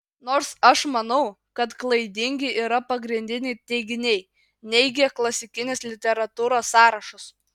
nors aš manau kad klaidingi yra pagrindiniai teiginiai neigią klasikinės literatūros sąrašus